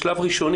זה שלב ראשוני,